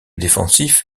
défensif